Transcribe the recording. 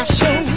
show